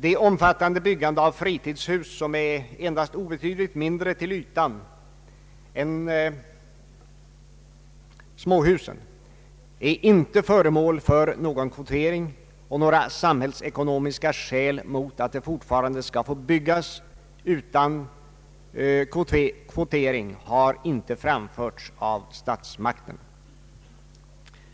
Det omfattande byggande av fritidshus, som är endast obetydligt mindre till ytan än småhusen, är inte föremål för någon kvotering, och några samhällsekonomiska skäl mot att fritidshusen fortfarande skall få byggas utan kvotering har inte framförts av statsmakterna.